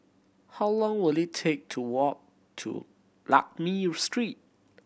how long will it take to walk to Lakme Street